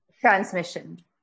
transmission